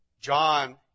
John